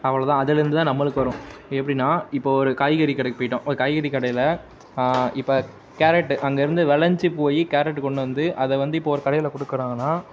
அவ்வளோ தான் அதிலேருந்து தான் நம்மளுக்கு வரும் எப்படின்னா இப்போ ஒரு காய்கறி கடைக்கு போயிட்டோம் ஒரு காய்கறி கடையில் இப்போ கேரட்டு அங்கேருந்து வெளஞ்சு போய் கேரட்டு கொண்டு வந்து அதை வந்து இப்போ ஒரு கடையில் கொடுக்கறாங்கன்னா